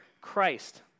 Christ